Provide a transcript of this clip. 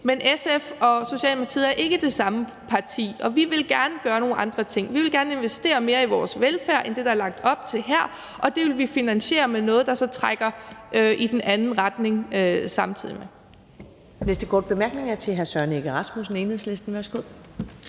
Men SF og Socialdemokratiet er ikke det samme parti, og vi vil gerne gøre nogle andre ting. Vi vil gerne investere mere i vores velfærd end det, der er lagt op til, og det vil vi finansiere med noget, der så samtidig trækker i den anden retning. Kl.